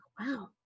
wow